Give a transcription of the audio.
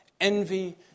envy